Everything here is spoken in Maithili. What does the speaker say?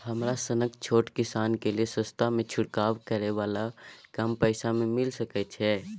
हमरा सनक छोट किसान के लिए सस्ता में छिरकाव करै वाला कम पैसा में मिल सकै छै?